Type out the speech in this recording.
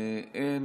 אין.